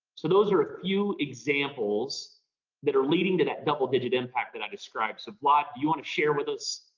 so those are a few examples that are leading to that double-digit impact that i described. so, vlad you want to share with us,